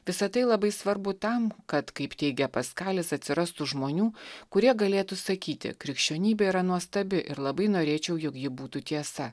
visa tai labai svarbu tam kad kaip teigia paskalis atsirastų žmonių kurie galėtų sakyti krikščionybė yra nuostabi ir labai norėčiau jog ji būtų tiesa